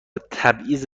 تبعیض